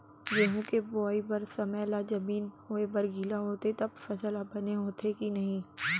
गेहूँ के बोआई बर समय ला जमीन होये बर गिला होथे त फसल ह बने होथे की नही?